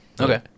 okay